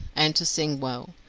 and to sing well.